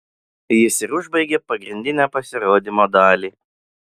jis ir užbaigė pagrindinę pasirodymo dalį